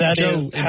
Joe